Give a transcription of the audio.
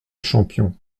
champion